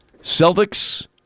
Celtics